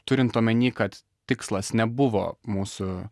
turint omeny kad tikslas nebuvo mūsų